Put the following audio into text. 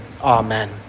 Amen